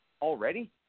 already